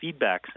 feedbacks